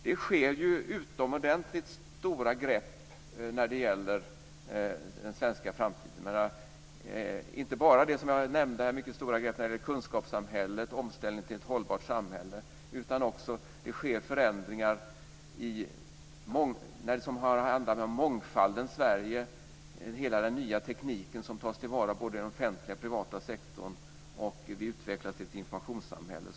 Det tas utomordentligt stora grepp när det gäller den svenska framtiden, inte bara det som jag nämnde, med mycket stora grepp när det gäller kunskapssamhället och omställningen till ett hållbart samhälle, utan också de förändringar som sker och som handlar om mångfaldens Sverige, hela den nya tekniken som tas till vara i både den offentliga och den privata sektorn och att vi utvecklas till ett informationssamhälle.